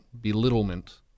belittlement